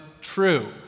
true